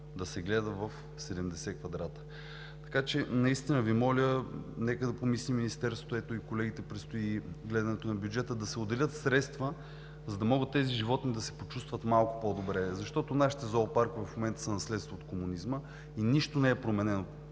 да се гледа в 70 квадрата. Така че наистина Ви моля нека да помисли Министерството, ето, и колегите, предстои гледането на бюджета, да се отделят средства, за да могат тези животни да се почувстват малко по-добре. Нашите зоопаркове в момента са наследство от комунизма и нищо не е променено